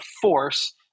force